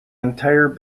entire